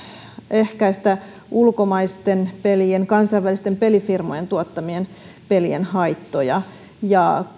ehkäistä ulkomaisten pelien kansainvälisten pelifirmojen tuottamien pelien haittoja ja